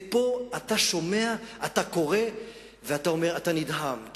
פה אתה שומע, אתה קורא ואתה נדהם.